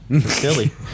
Silly